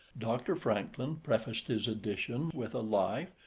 dr. francklin prefaced his edition with a life,